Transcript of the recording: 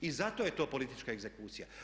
I zato je to politička egzekucija.